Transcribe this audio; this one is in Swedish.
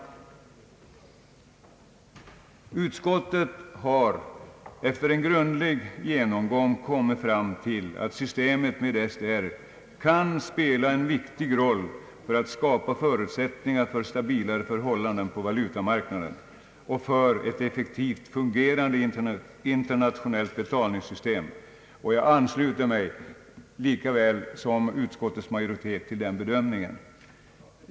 Utskottet har efter en grundlig genomgång kommit fram till att systemet med SDR kan spela en viktig roll för att skapa förutsättningar för stabilare förhållanden på valutamarknaden och för ett effektivt fungerande internationellt betalningssystem, och jag ansluter mig, liksom utskottets majoritet, till den bedömningen.